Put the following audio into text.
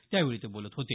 त्यावेळी ते बोलत होते